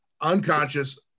unconscious